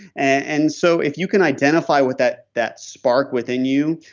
and so if you could identify with that that spark within you,